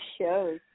shows